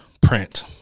print